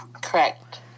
correct